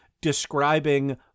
describing